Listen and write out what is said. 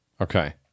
Okay